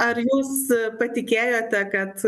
ar jūs patikėjote kad